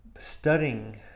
Studying